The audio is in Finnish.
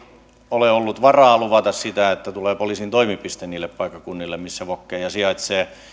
ole ollut varaa luvata sitä että tulee poliisin toimipiste niille paikkakunnille missä vokeja sijaitsee